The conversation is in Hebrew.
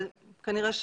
וכנראה,